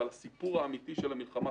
אבל הסיפור האמיתי של המלחמה,